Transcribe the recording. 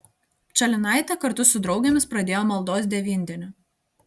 pčalinaitė kartu su draugėmis pradėjo maldos devyndienį